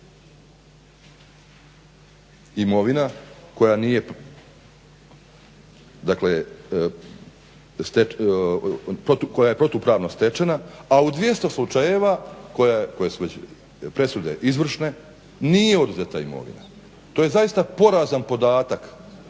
imovina koja je protupravno stečena, a u 200 slučajeva koje su već presude izvršne nije oduzeta imovina. To je zaista porazan podatak